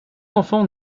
enfants